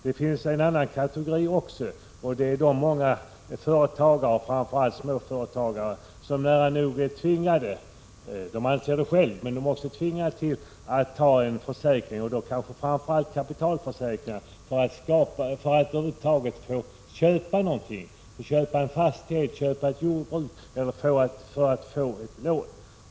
Det finns också en annan kategori, nämligen de företagare, framför allt småföretagare, som ser sig nära nog tvingade till att teckna en försäkring — då gäller det kanske framför allt kapitalförsäkringar — för att över huvud taget få köpa någonting, t.ex. en fastighet eller ett jordbruk, eller för att kunna få lån.